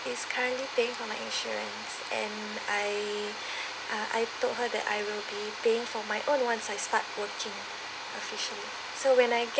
is currently paying for my insurance and I uh I told her that I will be paying for my own once I start working efficiently so when I get